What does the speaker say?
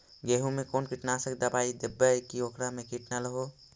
गेहूं में कोन कीटनाशक दबाइ देबै कि ओकरा मे किट न हो?